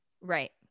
Right